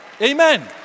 Amen